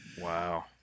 Wow